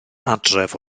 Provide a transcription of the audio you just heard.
adref